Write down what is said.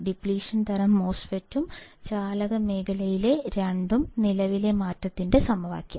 depletion തരം മോസ്ഫെറ്റും ചാലക മേഖലയിലെ 2 ഉം നിലവിലെ മാറ്റത്തിന്റെ സമവാക്യം